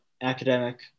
academic